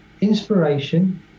inspiration